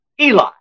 Eli